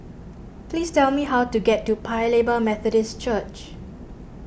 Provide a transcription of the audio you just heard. please tell me how to get to Paya Lebar Methodist Church